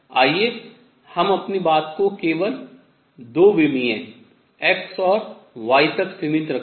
आइए हम अपनी बात को केवल 2 विमीय x और y तक सीमित रखें